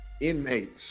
inmates